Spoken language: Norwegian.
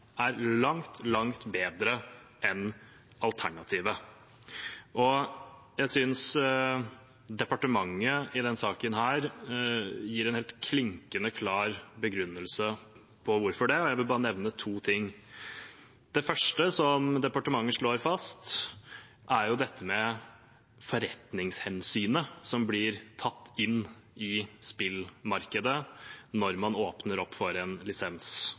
er langt, langt bedre enn alternativet. Jeg synes departementet i denne saken gir en helt klinkende klar begrunnelse for hvorfor. Jeg vil nevne to ting. Det første departementet slår fast, er dette med forretningshensynet som blir tatt inn i spillmarkedet når man åpner opp for en